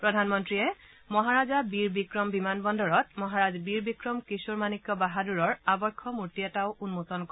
প্ৰধানমন্ত্ৰীয়ে মহাৰাজা বীৰ বিক্ৰম বিমানবন্দৰত মহাৰাজা বীৰ বিক্ৰম কিশোৰ মাণিক্য বাহাদুৰৰ আৱক্ষ মূৰ্তি এটাও উন্মোচন কৰে